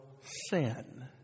sin